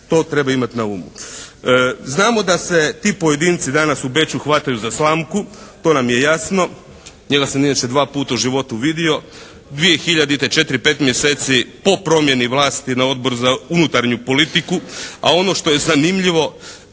To treba imati na umu. Znamo da se ti pojedinci danas u Beču hvataju za slamku, to nam je jasno. Njega sam inače dva puta u životu vidio. 2000. četiri, pet mjeseci po promjeni vlasti na Odbor za unutarnju politiku. A ono što je zanimljivo